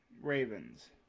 Ravens